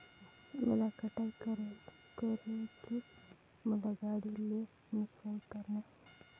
मोला कटाई करेके मोला गाड़ी ले मिसाई करना हे?